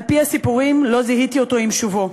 על-פי הסיפורים, לא זיהיתי אותו עם שובו.